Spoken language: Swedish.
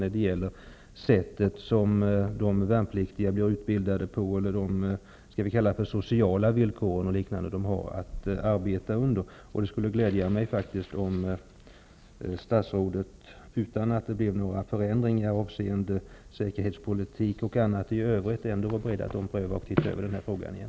Det kan gälla sättet som de värnpliktiga blir utbildade på eller de sociala villkor de har att arbeta under. Det skulle glädja mig om statsrådet -- utan att det har skett några föränd ringar avseende t.ex. säkerhetspolitiken -- ändock skulle vara beredd att om pröva den här frågan.